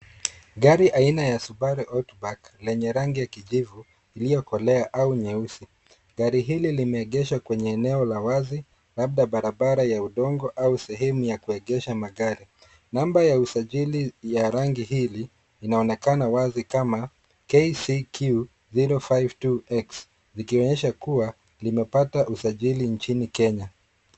Gari aina ya Subaru Outback lenye rangi ya kijivu iliyokolea au nyeusi. Gari hili limeegeshwa kwenye eneo la wazi labda barabara ya udongo au sehemu ya kuegesha magari. Namba ya usajili ya rangi hili linaonekana wazi kama KCQ 052X likionyesha kuwa limepata usajili nchini Kenya.